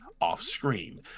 off-screen